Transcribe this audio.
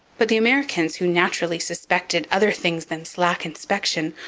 but the americans, who naturally suspected other things than slack inspection,